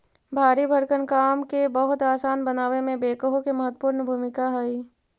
भारी भरकम काम के बहुत असान बनावे में बेक्हो के महत्त्वपूर्ण भूमिका हई